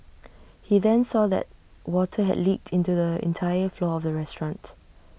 he then saw that water had leaked into the entire floor of the restaurant